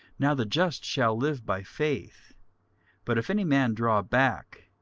now the just shall live by faith but if any man draw back,